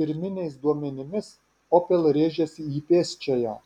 pirminiais duomenimis opel rėžėsi į pėsčiąją